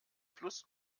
plus